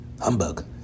Humbug